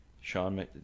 Sean